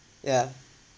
yeah